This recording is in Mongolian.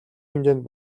хэмжээнд